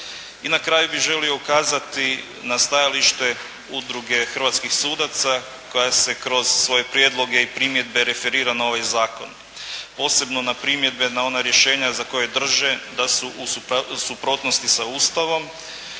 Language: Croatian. I na kraju bih želio ukazati na stajalište Udruge hrvatskih sudaca koja se kroz svoje prijedloge i primjedbe referira na ovaj zakon. Posebno na primjedbe na ona rješenja za koje drže da su u suprotnosti sa Ustavom.